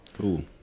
Cool